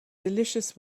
delicious